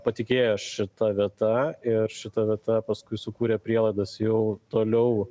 patikėjo šita vieta ir šita vieta paskui sukūrė prielaidas jau toliau